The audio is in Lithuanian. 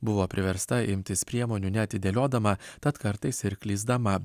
buvo priversta imtis priemonių neatidėliodama tad kartais ir klysdama